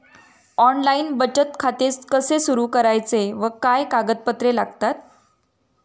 Online बचत खाते कसे सुरू करायचे व काय कागदपत्रे लागतात?